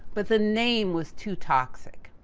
but the name was too toxic.